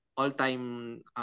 all-time